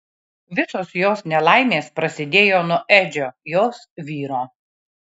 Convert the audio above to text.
visos jos nelaimės prasidėjo nuo edžio jos vyro